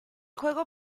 juego